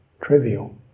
trivial